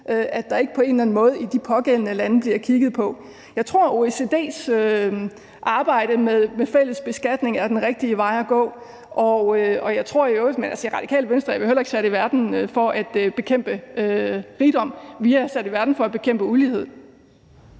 at der ikke på en eller anden måde i de pågældende lande bliver kigget på. Jeg tror, at OECD's arbejde med fælles beskatning er den rigtige vej at gå. Men i Radikale Venstre er vi jo heller ikke sat i verden for at bekæmpe rigdom; vi er sat i verden for at bekæmpe ulighed.